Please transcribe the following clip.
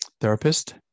therapist